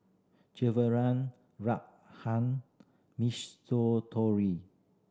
Ruthann